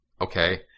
okay